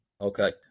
Okay